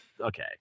Okay